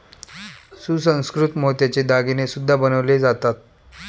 सुसंस्कृत मोत्याचे दागिने सुद्धा बनवले जातात